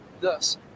Thus